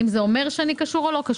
האם אני קשורה או לא?